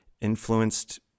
influenced